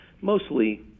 mostly